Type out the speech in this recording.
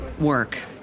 work